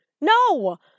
No